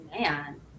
man